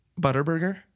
Butterburger